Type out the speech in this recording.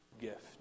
gift